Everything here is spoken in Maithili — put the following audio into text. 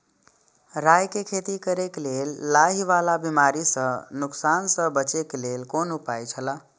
राय के खेती करे के लेल लाहि वाला बिमारी स नुकसान स बचे के लेल कोन उपाय छला?